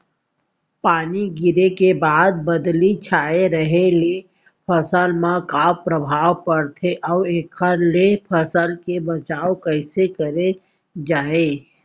पानी गिरे के बाद बदली छाये रहे ले फसल मा का प्रभाव पड़थे अऊ एखर ले फसल के बचाव कइसे करे जाये?